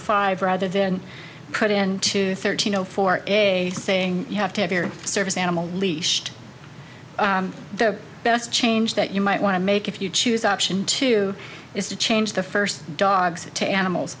five rather than put into thirteen zero four a saying you have to have your service animal leashed the best change that you might want to make if you choose option two is to change the first dogs to animals